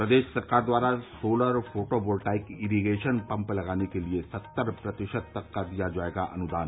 प्रदेश सरकार द्वारा solar photovoltaic irrigation pump लगाने के लिए सत्तर प्रतिशत तक का दिया जायेगा अनुदान